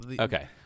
Okay